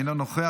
אינו נוכח,